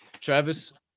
Travis